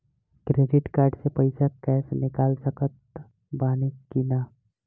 Credit card से पईसा cash निकाल सकत बानी की ना?